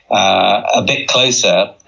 ah bit closer.